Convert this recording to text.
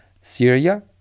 Syria